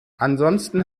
ansonsten